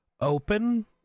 open